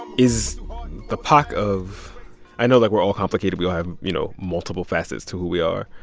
is the pac of i know, like, we're all complicated. we all have, you know, multiple facets to who we are.